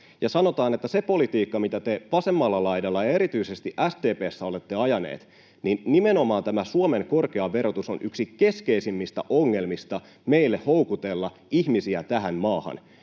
Sanotaan, että siinä politiikassa, mitä te vasemmalla laidalla ja erityisesti SDP:ssä olette ajaneet, nimenomaan tämä Suomen korkea verotus on yksi keskeisimmistä ongelmista meille houkutella ihmisiä tähän maahan.